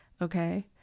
Okay